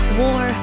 war